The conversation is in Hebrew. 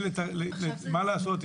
מה לעשות,